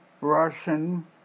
Russian